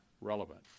relevant